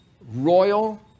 Royal